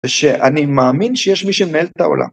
‫שאני מאמין שיש מי שמנהל את העולם.